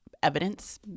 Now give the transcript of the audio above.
Evidence